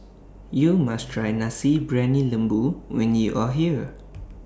YOU must Try Nasi Briyani Lembu when YOU Are here